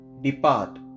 Depart